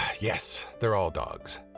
yes. they're all dogs.